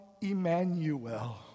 Emmanuel